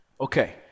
Okay